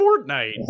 Fortnite